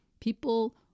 People